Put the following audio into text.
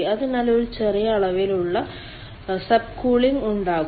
അതിനാൽ ഒരു ചെറിയ അളവിലുള്ള സബ്കൂളിങ് ഉണ്ടാകും